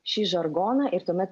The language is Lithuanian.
šį žargoną ir tuomet